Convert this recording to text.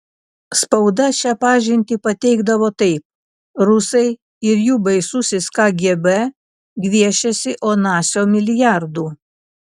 spauda šią pažintį pateikdavo taip rusai ir jų baisusis kgb gviešiasi onasio milijardų